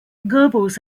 goebbels